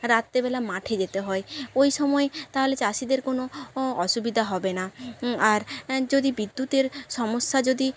রাত্রেবেলা মাঠে যেতে হয় ওই সময় তাহলে চাষিদের কোনো ও অসুবিধা হবে না আর যদি বিদ্যুতের সমস্যা যদি